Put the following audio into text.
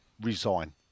resign